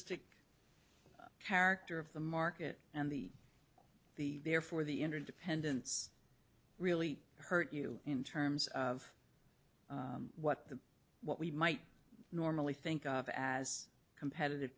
listing character of the market and the the therefore the interdependence really hurt you in terms of what the what we might normally think of as competitive